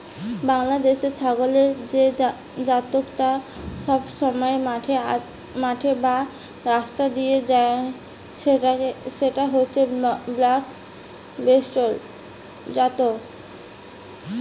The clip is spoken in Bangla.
বাংলাদেশের ছাগলের যে জাতটা সবসময় মাঠে বা রাস্তা দিয়ে যায় সেটা হচ্ছে ব্ল্যাক বেঙ্গল জাত